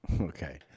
Okay